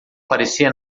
parecia